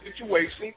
situation